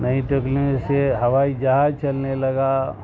نہیں ٹکنلوئی سے ہوائی جہاج چلنے لگا